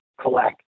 collect